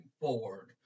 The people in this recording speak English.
forward